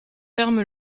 ferme